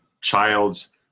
child's